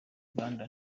uganda